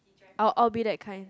I'll I'll be that kind